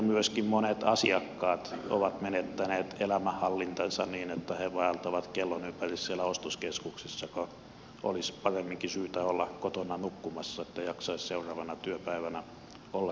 myöskin monet asiakkaat ovat menettäneet elämänhallintansa niin että he vaeltavat kellon ympäri siellä ostoskeskuksissa kun olisi paremminkin syytä olla kotona nukkumassa että jaksaisi seuraavana työpäivänä olla töissä